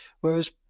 Whereas